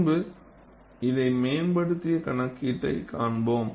பின்பு இதை மேம்படுத்திய கணக்கீட்டைக் காண்போம்